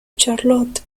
charlotte